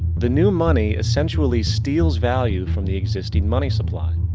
the new money essentially steals value from the existing money supply.